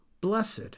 blessed